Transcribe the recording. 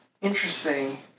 interesting